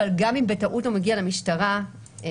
אבל גם אם בטעות הוא מגיע למשטרה כך,